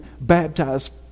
baptized